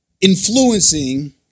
influencing